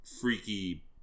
freaky